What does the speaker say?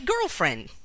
girlfriend